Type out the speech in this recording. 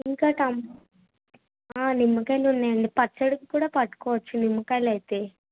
ఇంకా టం నిమ్మకాయలున్నాయండి పచ్చడికి కూడా పట్టుకోవచ్చు నిమ్మకాయలయితే